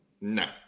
No